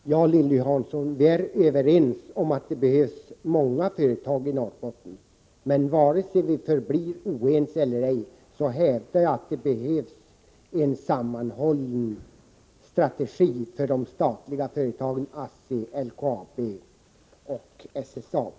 Herr talman! Ja, Lilly Hansson, vi är överens om att det behövs många företag i Norrbotten, men vare sig vi förblir oense eller ej hävdar jag att det behövs en sammanhållen strategi för de statliga företagen ASSI, LKAB och SSAB.